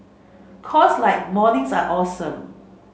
cause like mornings are awesome